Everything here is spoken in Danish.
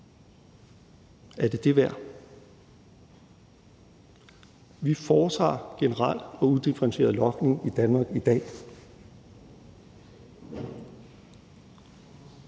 Er det det værd? Vi foretager en generel og udifferentieret logning i Danmark i dag.